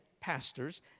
pastors